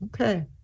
Okay